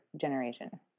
generation